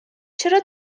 چرا